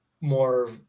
more